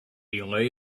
lay